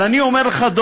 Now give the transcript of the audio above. אבל אני אומר לך,